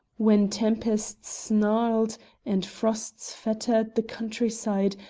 when tempests snarled and frosts fettered the countryside,